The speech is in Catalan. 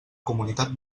comunitat